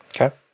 okay